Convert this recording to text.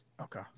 okay